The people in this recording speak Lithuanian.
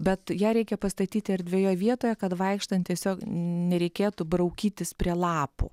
bet ją reikia pastatyti erdvioje vietoje kad vaikštant tiesiog nereikėtų braukytis prie lapų